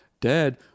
dad